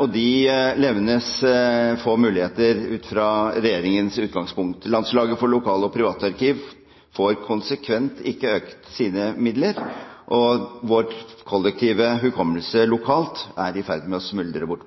og de levnes få muligheter ut fra regjeringens utgangspunkt. Landslaget for lokal- og privatarkiv får konsekvent ikke økt sine midler, og vår kollektive hukommelse på papir lokalt er i ferd med å smuldre bort.